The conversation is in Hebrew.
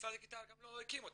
משרד הקליטה גם לא הקים אותם.